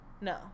No